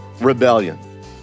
rebellion